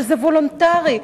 שזה וולונטרי,